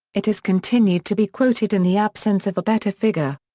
it has continued to be quoted in the absence of a better figure.